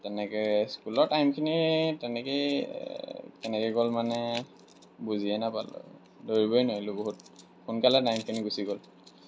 তেনেকৈ স্কুলৰ টাইমখিনি তেনেকৈয়ে কেনেকৈ গ'ল মানে বুজিয়ে নাপালোঁ ধৰিবই নোৱাৰিলোঁ বহুত সোনকালে টাইমখিনি গুচি গ'ল